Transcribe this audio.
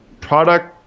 product